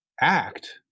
act